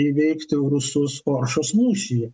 įveikti rusus oršos mūšyje